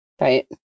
right